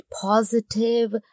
positive